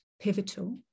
pivotal